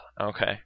Okay